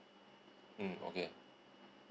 mm okay